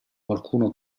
qualcuno